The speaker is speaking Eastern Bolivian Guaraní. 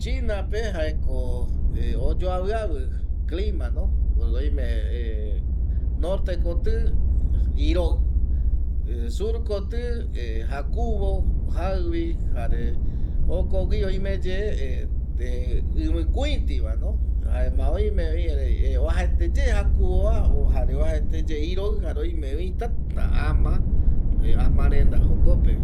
Chinape jaeko oyoavɨavɨ climano oime nortekotɨ iroɨ, surkotɨ jakuvo jaɨvi jokogui oimeye ɨvɨkuitivano jaema oimevi erei oajaeteye jakukova o jare oajaeteye iroɨ jare oimevi täta ama amarenda jokope